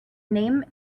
name